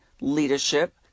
leadership